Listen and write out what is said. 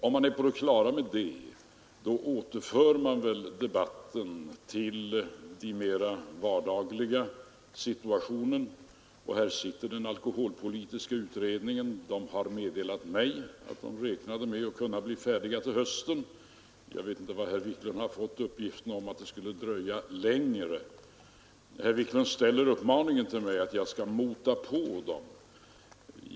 Om man är på det klara med detta återför man debatten till den mer vardagliga situationen; den alkoholpolitiska utredningen arbetar med dessa frågor och har meddelat mig att man räknar med att kunna bli färdig till hösten, och jag vet inte var herr Wiklund har fått uppgiften om att det skulle dröja längre. Herr Wiklund uppmanar mig att mota på utredningen.